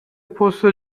پست